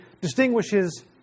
distinguishes